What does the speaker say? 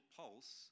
pulse